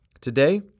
Today